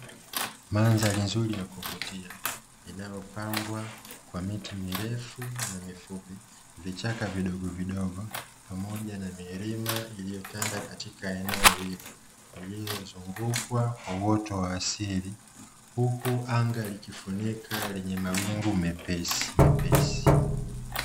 Mandhari nzuri ya kuvutia, inayopambwa kwa miti mirefu na mifupi, vichaka vidogovidogo, pamoja na milima iliyotanda katika eneo hilo, lililozungukwa kwa uoto wa asili, huku anga likifunika lenye mawingu mepesimepesi.